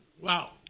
Wow